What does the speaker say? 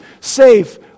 safe